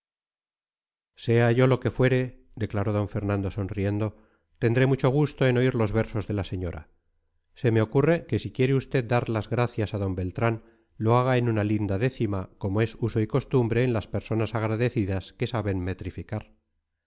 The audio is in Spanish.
sea yo lo que fuere declaró d fernando sonriendo tendré mucho gusto en oír los versos de la señora se me ocurre que si quiere usted dar las gracias a d beltrán lo haga en una linda décima como es uso y costumbre en las personas agradecidas que saben metrificar